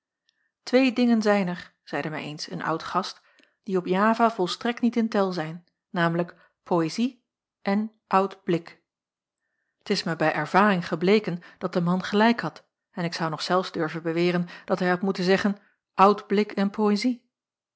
twee dingen zijn er zeide mij eens een oudgast die op java volstrekt niet in tel zijn namelijk poëzie en oud blik t is mij bij ervaring gebleken dat de man gelijk had en ik zou nog zelfs durven beweren dat hij had moeten zeggen oud blik en poëzie